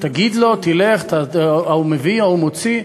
תגיד לו, תלך, ההוא מביא, ההוא מוציא.